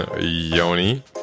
Yoni